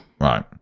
right